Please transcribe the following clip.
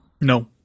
No